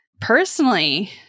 Personally